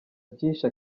byinshi